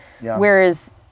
whereas